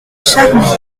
charmilles